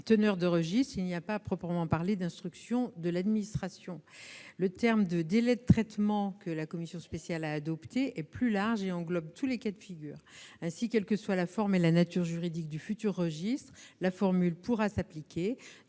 teneurs de registre, il n'y a pas à proprement parler d'instruction de l'administration. Le terme de « délai de traitement », que la commission spéciale a adopté, est plus large et englobe tous les cas de figure. Ainsi, quelles que soient la forme et la nature juridique du futur registre, la formule pourra s'appliquer.